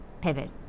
pivot